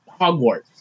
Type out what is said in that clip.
Hogwarts